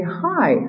hi